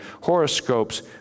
horoscopes